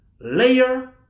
layer